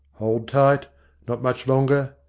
hold tight not much longer.